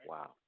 Wow